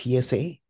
PSA